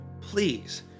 Please